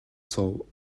суув